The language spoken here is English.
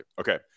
Okay